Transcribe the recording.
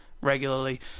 regularly